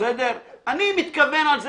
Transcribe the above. אני מתכוון לזה